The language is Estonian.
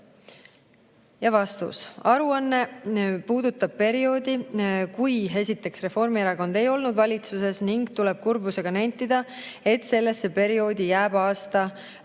aastatel?" Aruanne puudutab perioodi, kui Reformierakond ei olnud valitsuses, ning tuleb kurbusega nentida, et sellesse perioodi jääb aasta, kui